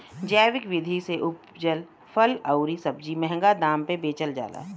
जैविक विधि से उपजल फल अउरी सब्जी महंगा दाम पे बेचल जाला